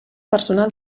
personal